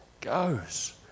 goes